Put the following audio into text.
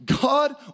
God